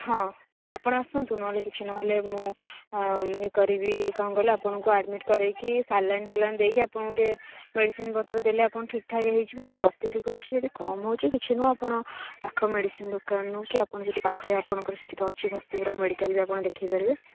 ହଁ ଆପଣ ଆସନ୍ତୁ ନ ହେଲେ କିଛି ନ ହେଲେ ମୁଁ ଏ କରିବି କ'ଣ କହିଲ ଆପଣଙ୍କୁ ଆଡ଼ମିଟ୍ କରେଇ କି ସାଲାଇନ୍ ଫାଲାଇନ୍ ଦେଇ କି ଆପଣଙ୍କୁ ଟିକେ ମେଡ଼ିସିନ୍ ପତ୍ର ଦେଲେ ଆପଣ ଠିକ୍ ଠାକ୍ ହେଇଯିବେ ଯଦି ଅତ୍ୟଧିକ ହେଉଛି ଯଦି କମ୍ ହେଉଛି କିଛି ନୁହଁ ଆପଣ ପାଖ ମେଡ଼ିସିନ୍ ଦୋକାନରୁ କି ଆପଣ ଯଦି ପାଖରେ ଆପଣଙ୍କର ସେଠି ତ ଅଛି ଘସିପୁରା ମେଡ଼ିକାଲ୍ ଆପଣ ଦେଖେଇ ପାରିବେ